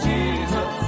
Jesus